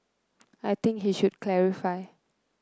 I think he should clarify